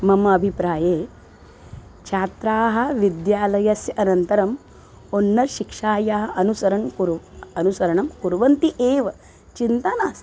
मम अभिप्राये छात्राः विद्यालयस्य अनन्तरम् उन्नतशिक्षायाः अनुसरणम् अनुसरणं कुर्वन्ति एव चिन्ता नास्ति